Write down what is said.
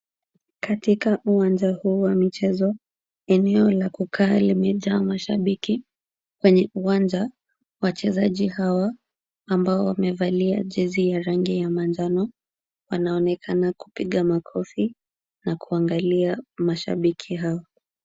Katika uwanja huu wa michezo, eneo la kukaa limejaa mashabiki. Kwenye uwanja, wachezaji hawa ambao wamevalia jezi ya rangi ya manjano. Wanaonekana kupiga makofi na kuangalia mashabiki hao.